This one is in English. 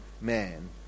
man